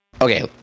okay